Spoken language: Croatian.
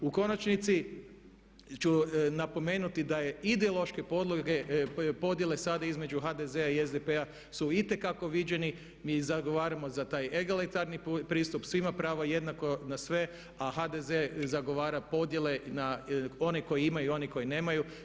U konačnici ću napomenuti da je ideološke podjele sada između HDZ-a i SDP-a su itekako viđeni, mi zagovaramo za taj egalitarni pristup, svima pravo jednako na sve a HDZ zagovara podjele na one koji imaju i one koji nemaju.